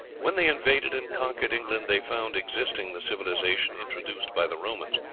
when they invaded and conquered england they found existing the civilization introduced by the romans,